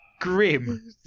Grim